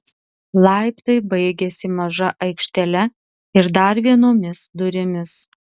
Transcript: laiptai baigiasi maža aikštele ir dar vienomis durimis